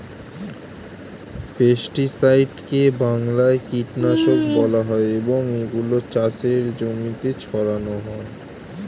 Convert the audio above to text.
পেস্টিসাইডকে বাংলায় কীটনাশক বলা হয় এবং এগুলো চাষের জমিতে ছড়ানো হয়